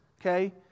okay